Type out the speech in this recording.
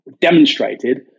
demonstrated